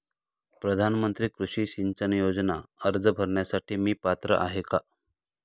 प्रधानमंत्री कृषी सिंचन योजना अर्ज भरण्यासाठी मी पात्र आहे का?